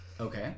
Okay